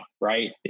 Right